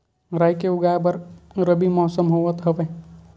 राई के उगाए बर रबी मौसम होवत हवय?